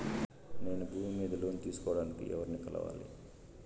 నేను భూమి మీద లోను తీసుకోడానికి ఎవర్ని కలవాలి?